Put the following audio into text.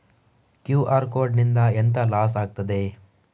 QR code ನಿಂದ ಎಂತ loss ಆಗ್ತದೆ?